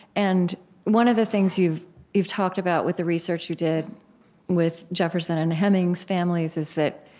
and one of the things you've you've talked about with the research you did with jefferson and hemings's families is that,